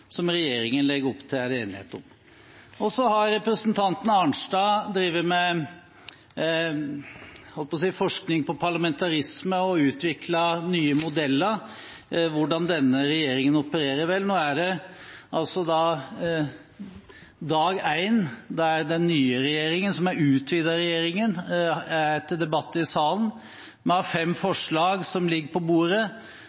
som regjeringen legger opp til, er det enighet om. Representanten Arnstad har drevet med – jeg holdt på å si – forskning på parlamentarisme og utviklet nye modeller for hvordan denne regjeringen opererer. Vel, nå er det altså dag én der den nye, utvidede regjeringen er til debatt i salen. Vi har fem